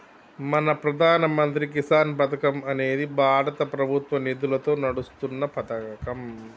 మన ప్రధాన మంత్రి కిసాన్ పథకం అనేది భారత ప్రభుత్వ నిధులతో నడుస్తున్న పతకం